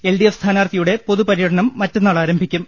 L D F സ്ഥാനാർത്ഥിയുടെ പൊതു പര്യടനം മറ്റന്നാൾ ആരംഭിക്കും